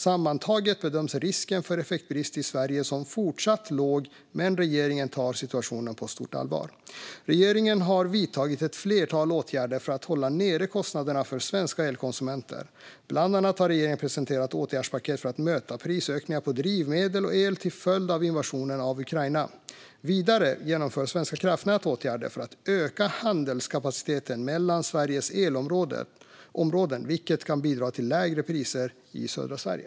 Sammantaget bedöms risken för effektbrist i Sverige som fortsatt låg, men regeringen tar situationen på stort allvar. Regeringen har vidtagit ett flertal åtgärder för att hålla nere kostnaderna för svenska elkonsumenter. Bland annat har regeringen presenterat åtgärdspaket för att möta prisökningar på drivmedel och el till följd av invasionen av Ukraina. Vidare vidtar Svenska kraftnät åtgärder för att öka handelskapaciteten mellan Sveriges elområden, vilket kan bidra till lägre priser i södra Sverige.